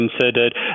considered